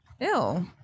Ew